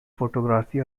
photography